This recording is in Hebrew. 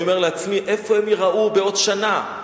אומר לעצמי: איפה הם ייראו בעוד שנה?